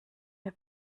wir